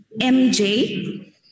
MJ